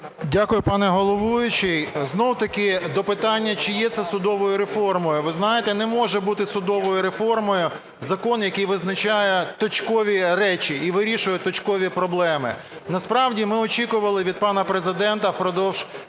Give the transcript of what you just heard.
Дякую, пане головуючий. Знову-таки до питання, чи є це судовою реформою. Ви знаєте, не може бути судовою реформою закон, який визначає точкові речі і вирішує точкові проблеми. Насправді ми очікували від пана Президента впродовж